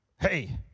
Hey